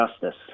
justice